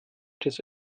des